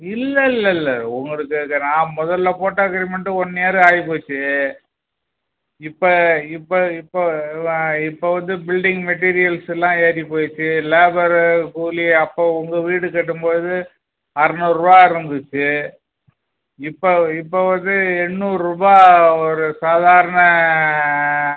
இல்லைல்ல இல்லை உங்களுக்கு இதை நான் முதல்ல போட்ட அக்ரிமெண்ட்டு ஒன் இயர் ஆயி போச்சு இப்போ இப்போ இப்போ இப்போ வந்து பில்டிங் மெட்டீரியல்ஸ் எல்லாம் ஏறி போச்சு லேபரு கூலி அப்போ உங்கள் வீடு கட்டும்போது அறநூறுரூவா இருந்துச்சு இப்போ இப்போ வந்து எண்ணூறுரூபா ஒரு சாதாரண